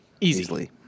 easily